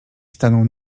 stanął